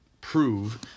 prove